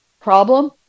problem